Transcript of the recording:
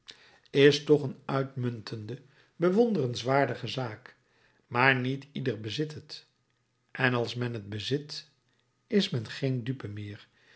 is toch een uitmuntende bewonderenswaardige zaak maar niet ieder bezit het en als men het bezit is men geen dupe meer